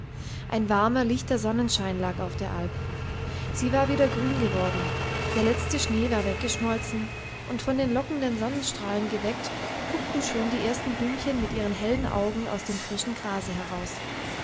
ein warmer lichter sonnenschein lag auf der alp sie war wieder grün geworden der letzte schnee war weggeschmolzen und von den lockenden sonnenstrahlen geweckt guckten schon die ersten blümchen mit ihren hellen augen aus dem frischen grase heraus